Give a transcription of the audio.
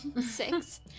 six